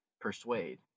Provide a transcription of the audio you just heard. persuade